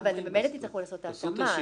אבל ממילא תצטרכו לעשות את ההתאמה.